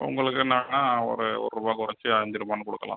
உங்களுக்கு நாங்கள் ஒரு ஒருபா குறச்சு அஞ்சு ருபானு கொடுக்கலாம்